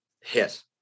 hit